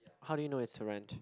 how do you know it's to rent